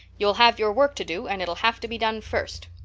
you'll have your work to do and it'll have to be done first.